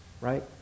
right